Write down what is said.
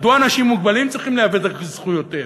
מדוע אנשים מוגבלים צריכים להיאבק על זכויותיהם?